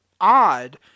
odd